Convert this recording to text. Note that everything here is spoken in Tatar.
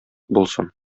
булсын